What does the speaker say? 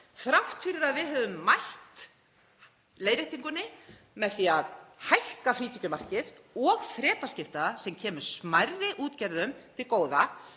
þrátt fyrir að við höfum mætt leiðréttingunni með því að hækka frítekjumarkið og þrepaskipta, sem kemur smærri útgerðum til góða,